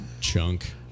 Chunk